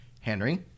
Henry